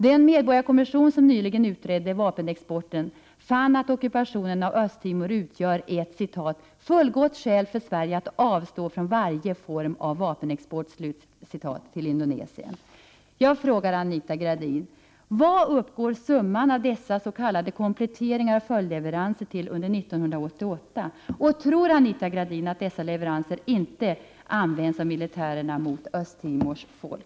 Den medborgarkommission som nyligen utredde vapenexporten fann att ockupationen av Östtimor utgör ett ”fullgott skäl för Sverige att avstå från varje form av vapenexport” till Indonesien. Jag vill fråga Anita Gradin: Till vad uppgår summan av dessa s.k. kompletteringar och följdleveranser under 1988? Tror Anita Gradin att dessa leveranser inte används av militärerna mot Östtimors folk?